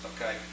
Okay